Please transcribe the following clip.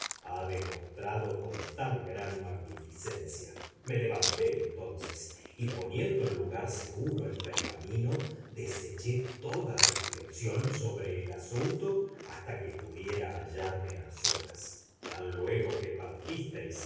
ha demostrado con tan gran magnificencia me levanté entonces y poniendo en lugar seguro el pergamino deseché toda reflexión sobre el asunto hasta que pudiera hallarme a solas tan luego que partisteis y